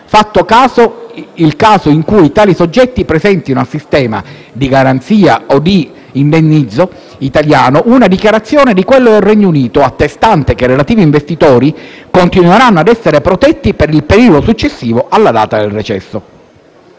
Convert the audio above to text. salvo il caso in cui tali soggetti presentino al sistema italiano (di garanzia o indennizzo) una dichiarazione di quello del Regno Unito, attestante che i relativi investitori continueranno ad essere protetti per il periodo successivo alla data del recesso.